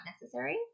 necessary